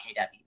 KW